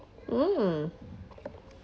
mm